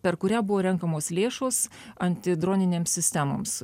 per kurią buvo renkamos lėšos antidroninėm sistemoms